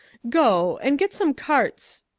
go, and get some carts